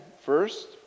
first